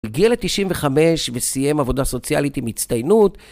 הגיע ל-95 וסיים עבודה סוציאלית עם מצטיינות.